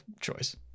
choice